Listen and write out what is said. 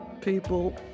people